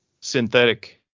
synthetic